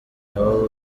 nabo